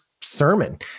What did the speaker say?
sermon